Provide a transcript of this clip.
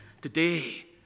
today